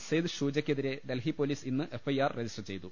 സെയ്ദ് ഷൂജക്കെതിരെ ഡൽഹി പൊലീസ് ഇന്ന് F I R register ചെയ്തു